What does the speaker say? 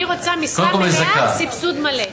אני רוצה: משרה מלאה, סבסוד מלא.